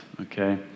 okay